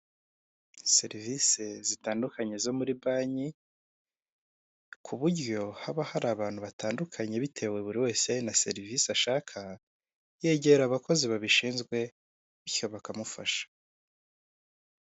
Serivisi zitandukanye zo muri banki, ku buryo haba hari abantu batandukanye bitewe buri wese na serivisi ashaka, yegera abakozi babishinzwe bityo bakamufasha.